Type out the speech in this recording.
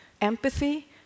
empathy